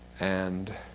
and